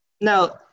Now